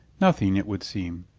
nothing, it would seem,